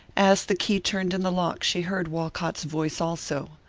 as the key turned in the lock she heard walcott's voice also.